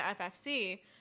FFC